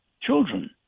children